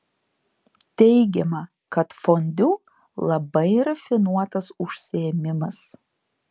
teigiama kad fondiu labai rafinuotas užsiėmimas